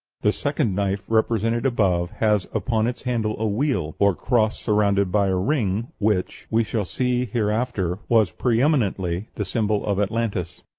the second knife represented above has upon its handle a wheel, or cross surrounded by a ring, which, we shall see here after, was pre-eminently the symbol of atlantis.